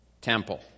temple